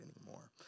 anymore